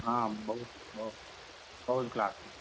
હા બહુ જ અ બહુ જ ક્લાસિક છે